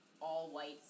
all-white